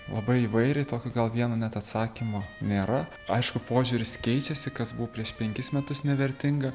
labai įvairiai tokio gal vieno net atsakymo nėra aišku požiūris keičiasi kas buvo prieš penkis metus nevertinga